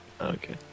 Okay